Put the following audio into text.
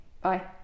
Bye